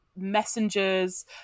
messengers